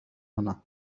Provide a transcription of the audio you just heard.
هنا